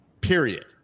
period